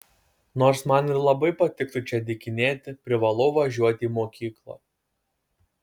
nors man ir labai patiktų čia dykinėti privalau važiuoti į mokyklą